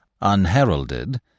unheralded